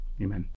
Amen